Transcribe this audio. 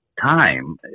time